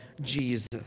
Jesus